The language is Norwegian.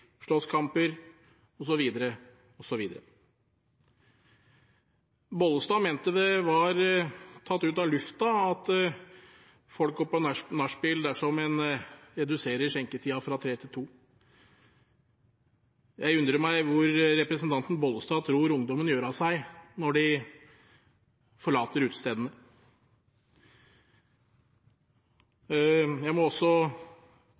slåsskamper, osv. Bollestad mente det var tatt ut av luften at folk går på nachspiel dersom en reduserer skjenketiden fra kl. 03 til kl. 02. Jeg undrer meg på hvor representanten Bollestad tror ungdommen gjør av seg når de forlater utestedene. Jeg må også